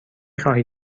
خواهی